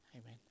Amen